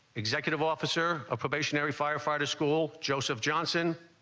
executive officer a petition every firefighter school, joseph johnson,